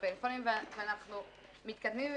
ואנחנו מתקדמים,